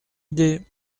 idée